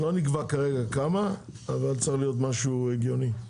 לא נקבע כרגע כמה, אבל צריך להיות משהו הגיוני.